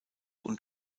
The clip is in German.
und